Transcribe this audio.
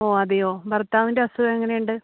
ഓ അതേയോ ഭർത്താവിൻ്റെ അസുഖം എങ്ങനെയുണ്ട്